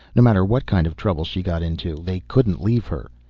no matter what kind of trouble she got into, they couldn't leave her.